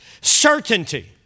certainty